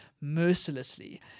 mercilessly